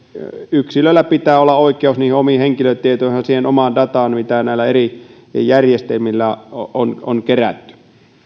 yksilöllä pitää olla oikeus omiin henkilötietoihin ja omaan dataan mitä näillä eri järjestelmillä henkilöstä on kerätty